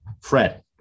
Fred